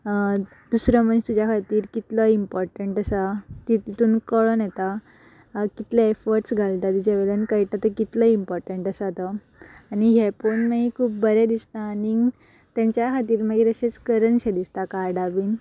दुसरो मनीस तुज्या खातीर कितलो इम्पोर्टंट आसा ती तितून कळोन येता कितले एफर्ट्स घालता तिजे वयल्यान कळटा ते कितलो इम्पोर्टंट आसा तो आनी हे पोन मागीर खूब बरें दिसता आनीग तेंच्या खातीर मागीर अशेंच करनशें दिसता कार्डा बीन